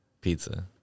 Pizza